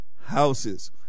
houses